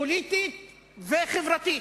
פוליטית וחברתית.